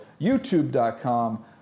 YouTube.com